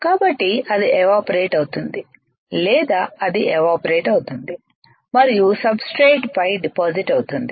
కాబట్టి అది ఎవాపరేట్ అవుతుంది లేదా అది ఎవాపరేట్ అవుతుంది మరియు సబ్ స్ట్రేట్ పై డిపాజిట్ అవుతుంది